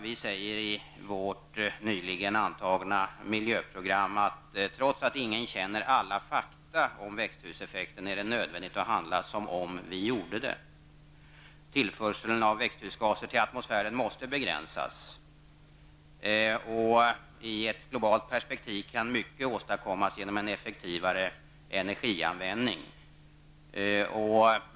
I vårt nyligen antagna miljöprogram säger vi att trots att ingen känner alla fakta om växthuseffekten är det nödvändigt att vi handlar som om vi gjorde det. Tillförseln av växthusgaser till atmosfären måste begränsas. I ett globalt perspektiv kan mycket åstadkommas genom en effektivare energianvändning.